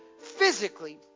physically